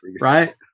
right